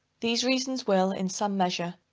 these reasons will in some measure,